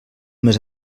més